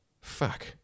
Fuck